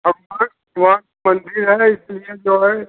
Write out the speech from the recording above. है इसीलिए जो है